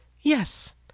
yes